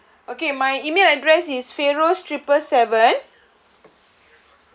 okay my email address is feros triple seven